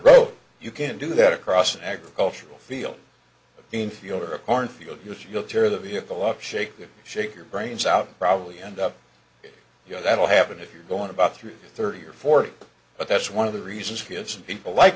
broke you can do that across an agricultural field infielder a cornfield which you'll tear the vehicle up shake it shake your brains out probably end up you know that'll happen if you're going about three thirty or forty but that's one of the reasons kids and people like